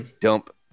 Dump